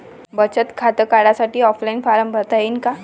बचत खातं काढासाठी ऑफलाईन फारम भरता येईन का?